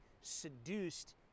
seduced